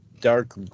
dark